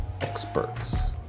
experts